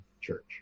church